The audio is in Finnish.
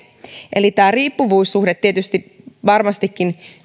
eli tietysti tämä riippuvuussuhde pitää varmastikin